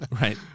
Right